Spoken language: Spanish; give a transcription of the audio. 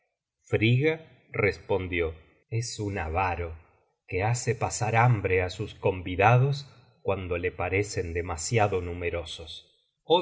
frigga respondió es un avaro que hace pasar hambre á sus convidados cuando le parecen demasiado numerosos